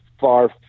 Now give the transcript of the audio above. far